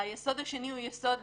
היסוד השני הוא יסוד